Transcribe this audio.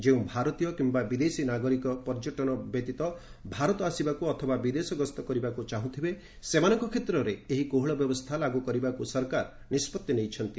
ଯେଉଁ ଭାରତୀୟ କିମ୍ବା ବିଦେଶୀ ନାଗରିକ ପର୍ଯ୍ୟଟନ ବ୍ୟତୀତ ଭାରତ ଆସିବାକୁ ଅଥବା ବିଦେଶ ଗସ୍ତ କରିବାକୁ ଚାହୁଁଥିବେ ସେମାନଙ୍କ କ୍ଷେତ୍ରରେ ଏହି କୋହଳ ବ୍ୟବସ୍ଥା ଲାଗୁ କରିବାକୁ ସରକାର ନିଷ୍ପଭି ନେଇଛନ୍ତି